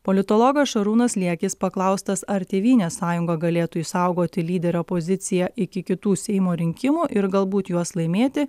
politologas šarūnas liekis paklaustas ar tėvynės sąjunga galėtų išsaugoti lyderio poziciją iki kitų seimo rinkimų ir galbūt juos laimėti